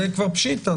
זה כבר פשיטא,